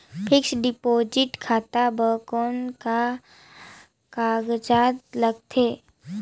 Fixed deposit खाता बर कौन का कागजात लगथे?